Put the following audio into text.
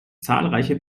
zahlreiche